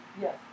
yes